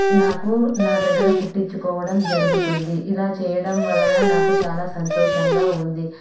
నాకు నా దగ్గర కుట్టించుకోవడం జరుగుతుంది ఇలా చేయడం వల్ల నాకు సంతోషంగా ఉంది